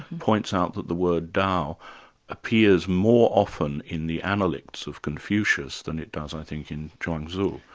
points out that the word tao appears more often in the analects of confucius than it does i think in chuang so